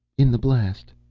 in the blast.